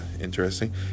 interesting